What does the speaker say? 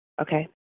Okay